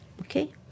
Okay